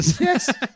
Yes